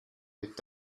wird